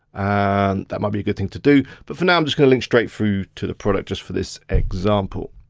and that might be a good thing to do. do. but for now, i'm just gonna link straight through to the product, just for this example.